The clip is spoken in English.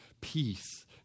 peace